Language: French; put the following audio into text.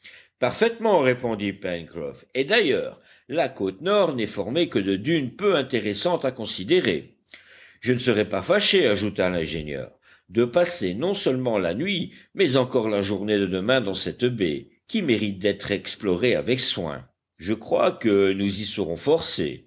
parfaitement répondit pencroff et d'ailleurs la côte nord n'est formée que de dunes peu intéressantes à considérer je ne serais pas fâché ajouta l'ingénieur de passer non seulement la nuit mais encore la journée de demain dans cette baie qui mérite d'être explorée avec soin je crois que nous y serons forcés